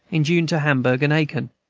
in june to hamburg and aiken,